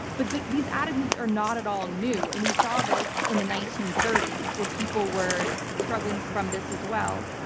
but these attitudes are not at all new. and we saw this in the nineteen thirty s where people were struggling from this as well.